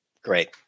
Great